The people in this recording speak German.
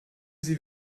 sie